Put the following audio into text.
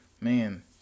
Man